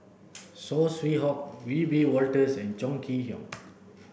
Saw Swee Hock Wiebe Wolters and Chong Kee Hiong